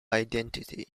identity